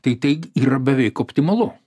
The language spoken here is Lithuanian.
tai tai yra beveik optimalu